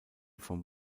vom